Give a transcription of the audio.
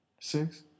six